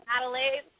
Adelaide